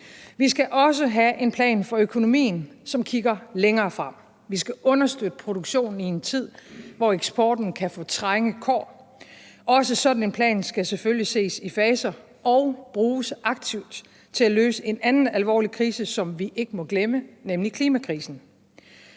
Vi skal også have en plan for økonomien, som kigger længere frem, og vi skal understøtte produktionen i en tid, hvor eksporten kan få trange kår. Også sådan en plan skal selvfølgelig ses i faser og bruges aktivt til at løse en anden alvorlig krise, som vi ikke må glemme, nemlig klimakrisen.